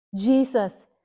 Jesus